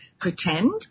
pretend